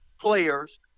players